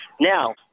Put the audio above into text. Now